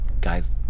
guy's